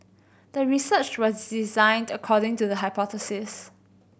the research was designed according to the hypothesis